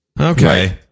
Okay